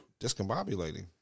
discombobulating